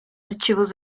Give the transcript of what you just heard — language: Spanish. archivos